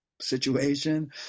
situation